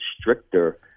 stricter